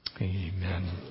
Amen